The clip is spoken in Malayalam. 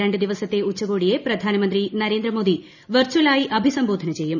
രണ്ട് ദിവസത്തെ ഉച്ചകോടിയെ പ്രധാനമന്ത്രി നരേന്ദ്രമോദി വെർചലായി അഭിസംബോധന ചെയ്യും